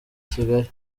kigali